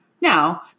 Now